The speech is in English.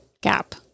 gap